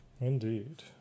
Indeed